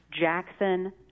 Jackson